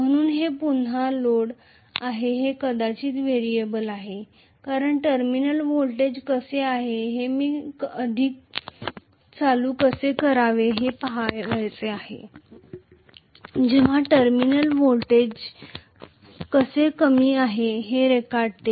तर हे पुन्हा लोड आहे हे कदाचित व्हेरिएबल आहे कारण टर्मिनल व्होल्टेज कसे आहे हे मी अधिक करंट कसे काढावे हे पहायचे आहे जेव्हा टर्मिनल व्होल्टेज कसे कमी आहे हे रेखाटते